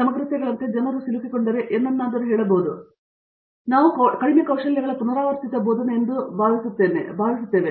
ಸಮಗ್ರತೆಗಳಂತೆ ಜನರು ಸಿಲುಕಿಕೊಂಡರೆ ಏನನ್ನಾದರೂ ಹೇಳಬಹುದು ಮತ್ತು ನಾವು ಕೆಲವು ರೀತಿಯ ಈ ಕಡಿಮೆ ಕೌಶಲ್ಯಗಳ ಪುನರಾವರ್ತಿತ ಬೋಧನೆ ಎಂದು ಭಾವಿಸುತ್ತೇನೆ